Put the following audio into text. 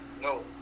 No